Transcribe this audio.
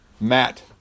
Matt